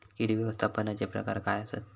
कीड व्यवस्थापनाचे प्रकार काय आसत?